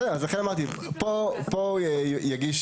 בסדר, אז לכן אמרתי, פה הוא יגיש